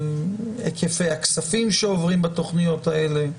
היקפי הכספים שעוברים בתוכניות האלה?